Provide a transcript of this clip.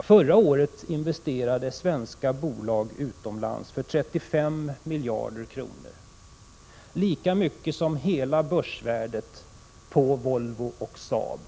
Förra året investerade svenska bolag utomlands för 35 miljarder kronor. Det är lika mycket som hela börsvärdet av Volvo och Saab,